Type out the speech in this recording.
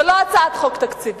זאת לא הצעת חוק תקציבית.